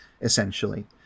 essentially